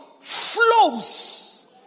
flows